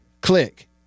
Click